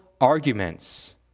arguments